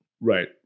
Right